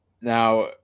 Now